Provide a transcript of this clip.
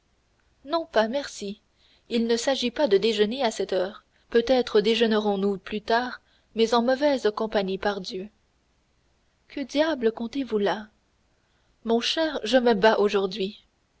non pas merci il ne s'agit pas de déjeuner à cette heure peut-être déjeunerons nous plus tard mais en mauvaise compagnie pardieu que diable contez-vous là mon cher je me bats aujourd'hui